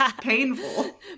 painful